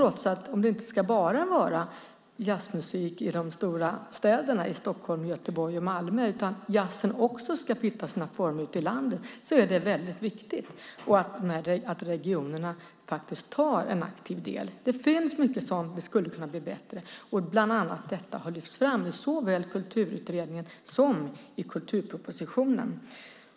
Om det inte bara ska vara jazzmusik i de stora städerna, i Stockholm, Göteborg och Malmö, utan om jazzen också ska hitta sina former ute i landet är det viktigt att regionerna faktiskt tar en aktiv del. Det finns mycket sådant, och vi skulle kunna bli bättre. Bland annat detta har lyfts fram i såväl Kulturutredningen som i kulturpropositionen.